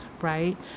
right